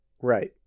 Right